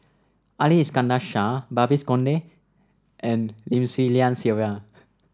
Ali Iskandar Shah Babes Conde and Lim Swee Lian Sylvia